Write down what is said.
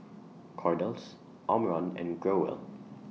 Kordel's Omron and Growell